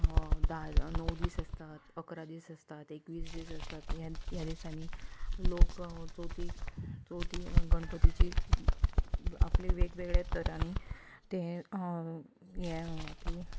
धा णव दीस आसता अकरा दीस आसतात एकवीस दीस आसतात ह्या ह्या दिसांनी लोक चवतीक चवतीक गणपतीची आपल्या वेगवेगळ्या तरांनी ते हे हेंय आपली